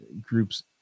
groups